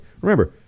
remember